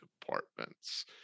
departments